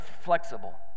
flexible